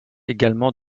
également